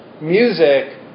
music